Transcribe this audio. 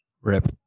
Rip